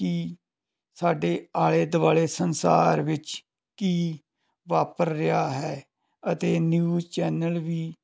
ਕਿ ਸਾਡੇ ਆਲੇ ਦੁਆਲੇ ਸੰਸਾਰ ਵਿੱਚ ਕੀ ਵਾਪਰ ਰਿਹਾ ਹੈ ਅਤੇ ਨਿਊਜ ਚੈਨਲ ਵੀ